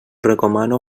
recomano